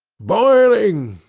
boiling,